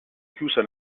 chiusa